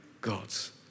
gods